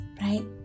right